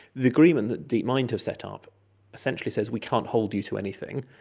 the agreement that deepmind have set ah up essentially says, we can't hold you to anything,